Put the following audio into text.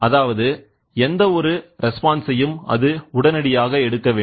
அதாவது எந்த ஒரு ரெஸ்பான்ஸ் யும் அது உடனடியாக எடுக்க வேண்டும்